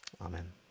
Amen